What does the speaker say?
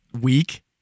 week